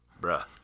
bruh